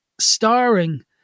starring